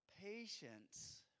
patience